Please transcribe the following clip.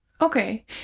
Okay